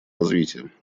развития